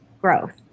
growth